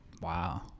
wow